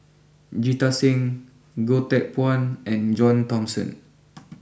Jita Singh Goh Teck Phuan and John Thomson